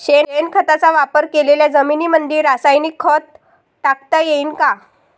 शेणखताचा वापर केलेल्या जमीनीमंदी रासायनिक खत टाकता येईन का?